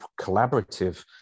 collaborative